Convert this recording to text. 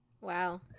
Wow